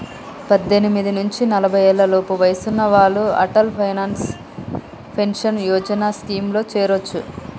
పద్దెనిమిది నుంచి నలభై ఏళ్లలోపు వయసున్న వాళ్ళు అటల్ పెన్షన్ యోజన స్కీమ్లో చేరొచ్చు